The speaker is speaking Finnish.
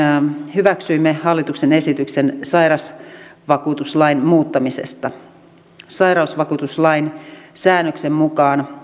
hyväksyimme hallituksen esityksen sairausvakuutuslain muuttamisesta sairausvakuutuslain säännöksen mukaan